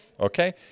Okay